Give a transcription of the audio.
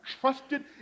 trusted